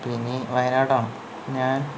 ഇനി വായനാടാണ് ഞാൻ